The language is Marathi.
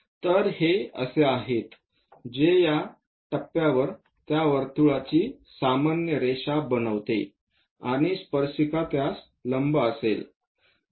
तर हे असे आहे जे या टप्प्यावर त्या वर्तुळाची सामान्य रेषा बनवते आणि स्पर्शिका त्यास लंब असेल